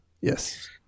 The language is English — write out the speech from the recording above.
Yes